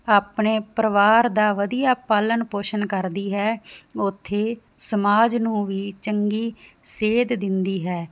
ਆਪਣੇ ਪਰਿਵਾਰ ਦਾ ਵਧੀਆ ਪਾਲਣ ਪੋਸ਼ਣ ਕਰਦੀ ਹੈ ਉੱਥੇ ਸਮਾਜ ਨੂੰ ਵੀ ਚੰਗੀ ਸੇਧ ਦਿੰਦੀ ਹੈ